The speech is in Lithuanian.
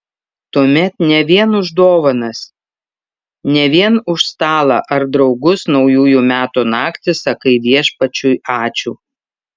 tuomet ne vien už dovanas ne vien už stalą ar draugus naujųjų metų naktį sakai viešpačiui ačiū